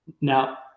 Now